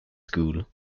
school